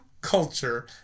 culture